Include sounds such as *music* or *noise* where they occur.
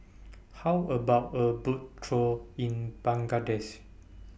How about A Boat Chor in *unintelligible*